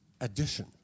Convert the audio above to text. addition